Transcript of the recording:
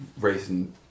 racing